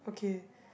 okay